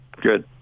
Good